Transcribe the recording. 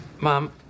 Mom